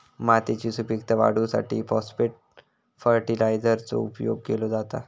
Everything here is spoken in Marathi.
मातयेची सुपीकता वाढवूसाठी फाॅस्फेट फर्टीलायझरचो उपयोग केलो जाता